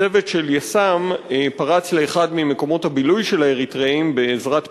צוות של יס"מ פרץ לאחד ממקומות הבילוי של האריתריאים בעזרת פטישים,